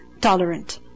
tolerant